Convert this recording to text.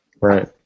Right